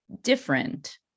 different